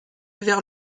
vers